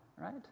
right